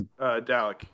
dalek